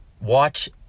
watch